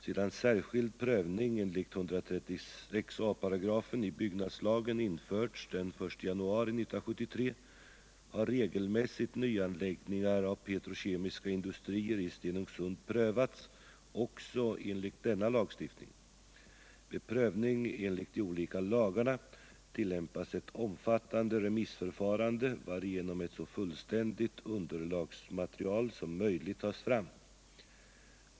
Sedan särskild prövning enligt 136 a § i byggnadslagen införts den 1 januari 1973 har regelmässigt nyanläggningar av petrokemiska industrier i Stenungsund prövats också enligt denna lagstiftning. Vid prövning enligt de olika lagarna tillämpas ett omfattande remissförfarande, varigenom ett så fullständigt underlagsmaterial som möjligt tas fram.